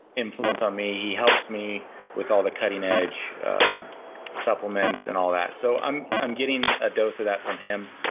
influence on me. he helps me with all the cutting edge supplements and all that. so i'm i'm getting a dose of that from him.